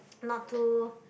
not too